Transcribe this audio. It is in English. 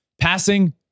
passing